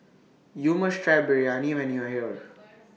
YOU must Try Biryani when YOU Are here